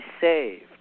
saved